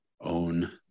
own